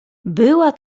była